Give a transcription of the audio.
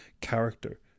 character